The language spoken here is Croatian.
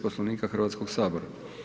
Poslovnika Hrvatskoga sabora.